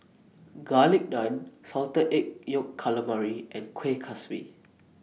Garlic Naan Salted Egg Yolk Calamari and Kuih Kaswi